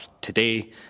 today